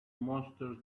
monster